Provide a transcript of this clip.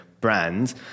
brands